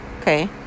Okay